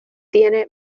tiene